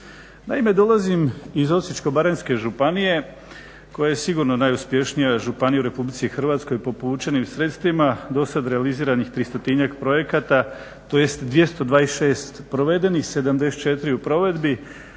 Naime dolazim iz Osječko-baranjske županije koja je sigurno najuspješnija županija u RH po povučenim sredstvima, do sada realiziranih 300-tinjak projekata, tj. 226 provedenih, 74 u provedbi,